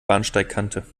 bahnsteigkante